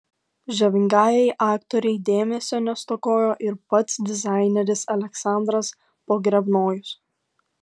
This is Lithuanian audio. žavingajai aktorei dėmesio nestokojo ir pats dizaineris aleksandras pogrebnojus